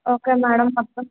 okay madam తప్పకుండా